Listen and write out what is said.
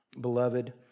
Beloved